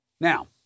Now